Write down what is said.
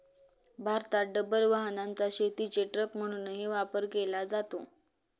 भारतात डबल वाहनाचा शेतीचे ट्रक म्हणूनही वापर केला जातो